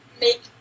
make